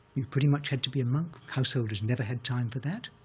you pretty much had to be a monk. householders never had time for that,